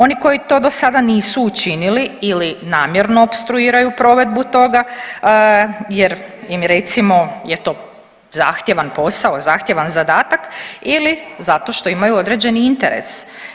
Oni koji to do sada nisu učinili ili namjerno opstruiraju provedbu toga jer im recimo je to zahtjevan posao, zahtjevan zadatak ili zato što imaju određeni interes.